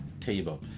table